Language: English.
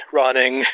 running